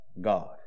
God